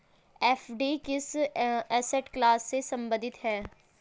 FD किस asset class से संबंधित है?